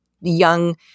young